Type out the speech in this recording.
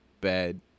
bad